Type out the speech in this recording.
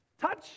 Touch